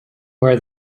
where